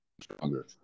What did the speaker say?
stronger